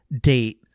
date